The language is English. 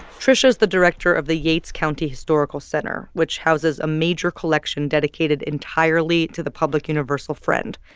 tricia is the director of the yates county historical center, which houses a major collection dedicated entirely to the public universal friend.